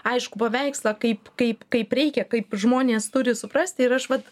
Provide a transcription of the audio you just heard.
aiškų paveikslą kaip kaip kaip reikia kaip žmonės turi suprasti ir aš vat